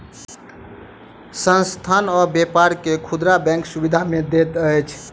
संस्थान आ व्यापार के खुदरा बैंक सुविधा नै दैत अछि